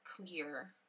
clear